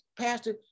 pastor